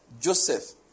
Joseph